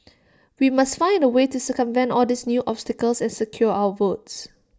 we must find A way to circumvent all these new obstacles and secure our votes